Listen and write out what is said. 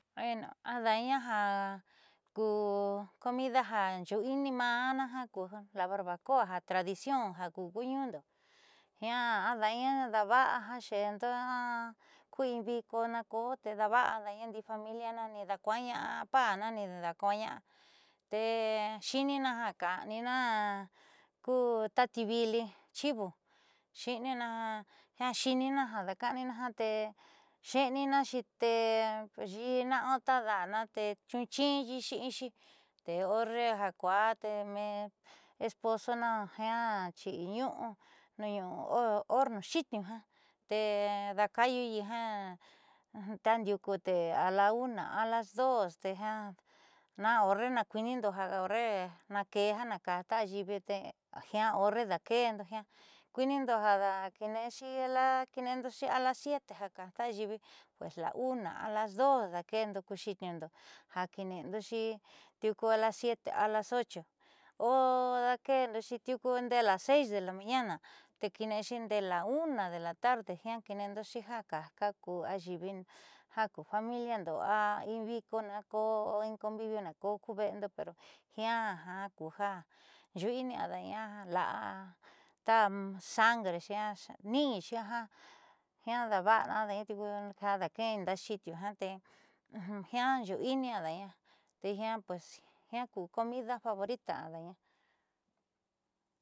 Bueno ada'aña ja ku comida ja xuui'ini maana ja ku ja la barbacoa ja tradición ja ku ku ñuundo jiaa ada'aña daava'a ja xeendo ja kuee in viko naakoó te daava'ana ada'aña ndii familiana niidaakuaña'a pa'ana niidaakuaña'a tee xi'inina ja ka'anina ku ta ti vili chivo xi'inina jiaa xi'ininaxi tee yiina o ta da'ana te chuuchinyi inxi te horre ja kuaa te men esposona jiaa xiinu'u nuuñu'u horno xi'iniu jiaa te daakaayuyi ja ta ndiuku te a la una a las dos te ja na horre naakuiinindo ja horre naakee ja naka'axi ta ayiivi te jiaa horre daake'endo jiaa kuiinindo ja kiine'endoxi a las 7 ja kajtaja ayiivi pues a la una o las dos daake'endo ku xiiniundo ja kline'endoxi tiuku a las 7 o las 8 daake'endoxi tiuku ndee a las 6 de la mañana te kiine'exi ndee la 1 de la tarde jiaa kiine'endoxi ja kajka ku ayiivi ja ku familiando a ni viko nakoo o in convivio nakoo ku ve'endo pero jiaa ku ja yuui'ini ada'aña ta'a ta sangrexi niiñixi jiaa daava'ana tiuku ja daa ke'endo xiitniu jiaa te jiaa yuui'ina ada'aña te jiaa ku comida favorito ada'aña.